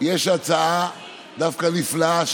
דווקא נפלאה,